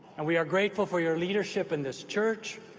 and we are grateful for your leadership in this church,